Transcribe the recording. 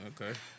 okay